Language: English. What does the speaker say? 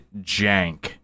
Jank